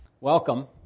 Welcome